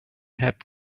helped